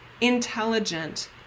intelligent